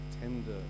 tender